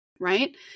right